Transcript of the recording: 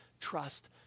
trust